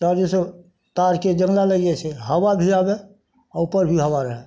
चारू दिससँ तारके जङ्गला लागि जाइत छै हवा भी आबए आ उपर भी हवा रहए